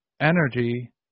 energy